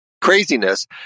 craziness